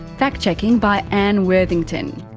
fact-checking by anne worthington.